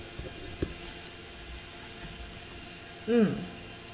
mm